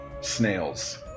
Snails